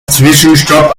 zwischenstopp